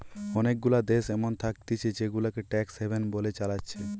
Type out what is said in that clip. অনেগুলা দেশ এমন থাকতিছে জেগুলাকে ট্যাক্স হ্যাভেন বলে চালাচ্ছে